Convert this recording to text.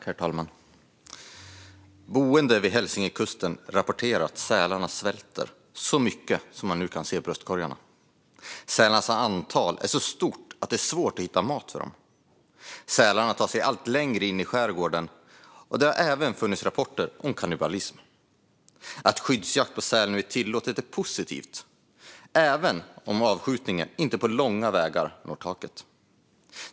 Herr talman! Boende vid Hälsingekusten rapporterar att sälarna svälter så mycket att man nu kan se bröstkorgarna på dem. Sälarnas antal är så stort att det är svårt för dem att hitta mat. Sälarna tar sig allt längre in i skärgården, och det har även kommit rapporter om kannibalism. Att skyddsjakt på säl nu är tillåten är positivt även om avskjutningen inte på långa vägar når taket.